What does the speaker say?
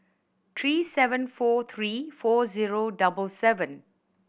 three seven four three four zero double seven